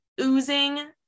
oozing